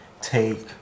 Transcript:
take